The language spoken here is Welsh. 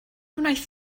wnaeth